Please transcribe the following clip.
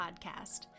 podcast